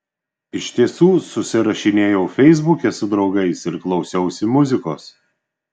iš tiesų susirašinėjau feisbuke su draugais ir klausiausi muzikos